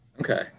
Okay